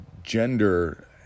gender